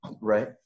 Right